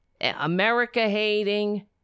America-hating